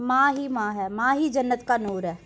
मां ही मां है मां ही जन्नत का नूर ऐ